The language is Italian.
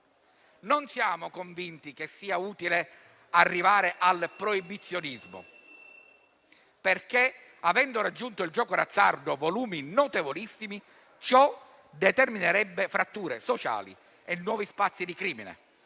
Non siamo convinti che sia utile arrivare al proibizionismo, perché, avendo raggiunto il gioco d'azzardo volumi notevolissimi, ciò determinerebbe fratture sociali e nuovi spazi di crimine.